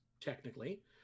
technically